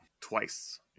twice